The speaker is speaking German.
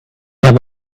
habe